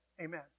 Amen